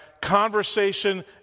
conversation